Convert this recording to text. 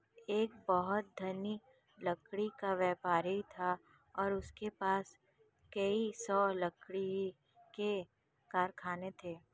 एक बहुत धनी लकड़ी का व्यापारी था और उसके पास कई सौ लकड़ी के कारखाने थे